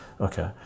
okay